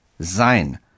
sein